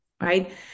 right